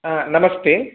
नमस्ते